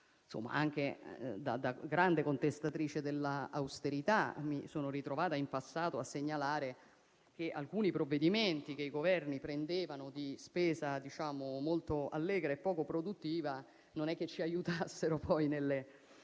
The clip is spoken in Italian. Anche da grande contestatrice dell'austerità, mi sono ritrovata in passato a segnalare che alcuni provvedimenti che i Governi avevano adottato, di spesa molto allegra e poco produttiva, non ci hanno aiutato nelle